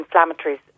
anti-inflammatories